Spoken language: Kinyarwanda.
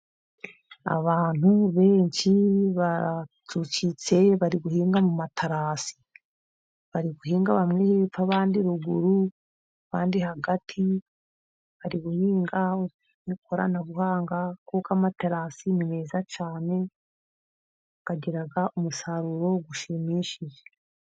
Abantu benshi baracucitse bari guhinga mu materasi bari guhinga bamwe hepfo abandi ruguru abandi hagati bari guhinga nk'ikoranabuhanga kuko amaterasi ni meza cyane agira umusaruro ushimishije.